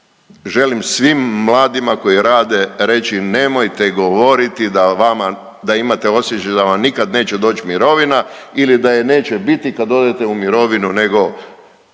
Želim svim mladima koji rade reći nemojte govoriti da vama, da imate osjećaj da vam nikad neće doć mirovina ili da je neće biti kad odete u mirovinu nego